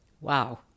Wow